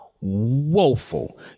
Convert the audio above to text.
woeful